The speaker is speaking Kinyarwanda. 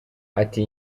ati